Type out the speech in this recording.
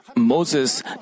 Moses